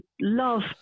love